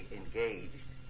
engaged